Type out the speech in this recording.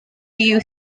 you